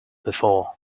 before